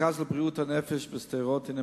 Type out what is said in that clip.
3-1. המרכז לבריאות הנפש בשדרות הינו